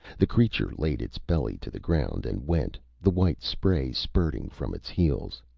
the creature laid its belly to the ground and went, the white spray spurting from its heels.